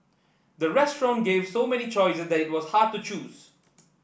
the restaurant gave so many choices that it was hard to choose